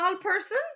person